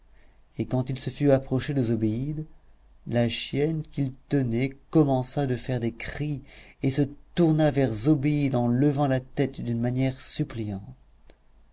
et quand il se fut approché de zobéide la chienne qu'il tenait commença de faire des cris et se tourna vers zobéide en levant la tête d'une manière suppliante